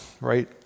right